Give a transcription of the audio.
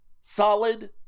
solid